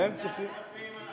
ועדת כספים,